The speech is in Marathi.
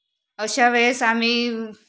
अशा वेळेस आम्ही